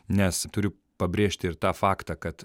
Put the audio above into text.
nes turiu pabrėžti ir tą faktą kad